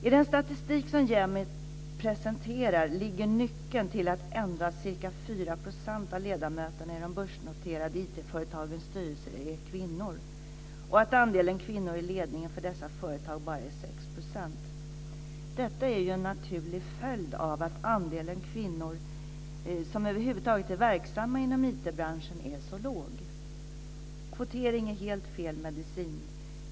I den statistik som Jämit presenterar ligger nyckeln till att endast ca 4 % av ledamöterna i de börsnoterade IT-företagens styrelser är kvinnor och att andelen i kvinnor i ledningen för dessa företag bara är 6 %. Detta är en naturlig följd av att andelen kvinnor som över huvud taget är verksamma inom IT branschen är så låg. Kvotering är helt fel medicin.